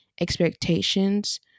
expectations